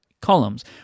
columns